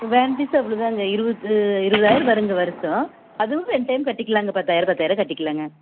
van fees அவ்வளோதாங்க இருபது இருபதாயிரம் வருங்க வருஷம் அதுவும் ரெண்டு டைம் கட்டிக்கலாங்க பத்தாயிரம் பத்தாயிரம் கட்டிக்கலாங்க